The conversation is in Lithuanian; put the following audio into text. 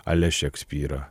ale šekspyrą